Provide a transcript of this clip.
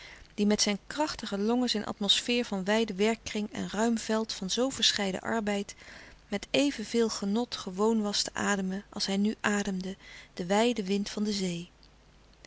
die met zijn krachtige longen zijn atmosfeer van wijden werkkring en ruim veld van zoo verscheiden arbeid met even veel genot gewoon was te ademen als hij nu ademde den wijden wind van de zee